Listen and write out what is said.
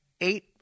eight